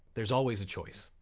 there's always a choice.